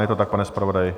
Je to tak, pane zpravodaji?